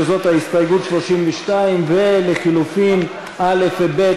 שזאת ההסתייגות 32 ולחלופין א' וב',